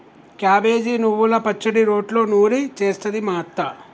cabbage నువ్వల పచ్చడి రోట్లో నూరి చేస్తది మా అత్త